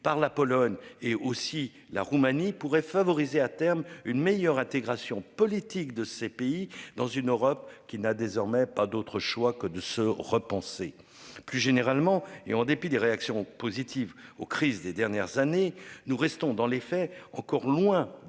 par la Pologne et aussi la Roumanie pourrait favoriser à terme une meilleure intégration politique de ces pays dans une Europe qui n'a désormais pas d'autre choix que de se repenser. Plus généralement, et en dépit des réactions positives aux crises des dernières années. Nous restons dans les faits, encore loin